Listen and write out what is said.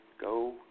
Go